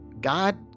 God